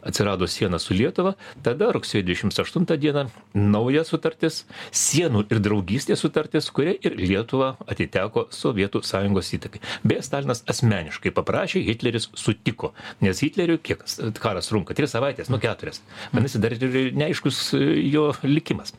atsirado siena su lietuva tada rugsėjo dvidešimt aštuntą dieną nauja sutartis sienų ir draugystės sutartis kuria ir lietuva atiteko sovietų sąjungos įtakai beje stalinas asmeniškai paprašė hitleris sutiko nes hitleriui kiek kas karas trunka tris savaites nu keturias vadinasi dar neaiškus jo likimas